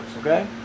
okay